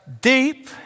deep